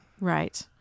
Right